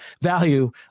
value